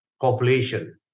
population